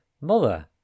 mother